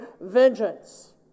vengeance